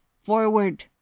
Forward